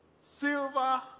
silver